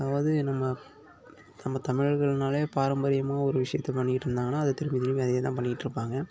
அதாவது நம்ம நம்ம தமிழர்கள்னாலே பாரம்பரியமாக ஒரு விஷயத்தை பண்ணிகிட்ருந்தாங்கன்னா அது திரும்பி திரும்பி அதையேதான் பண்ணிகிட்ருப்பாங்க